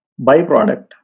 byproduct